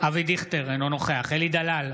אבי דיכטר, אינו נוכח אלי דלל,